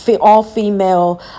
all-female